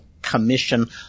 Commission